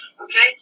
okay